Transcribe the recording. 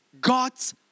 God's